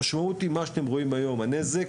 המשמעות היא מה שאתם רואים היום, הנזק.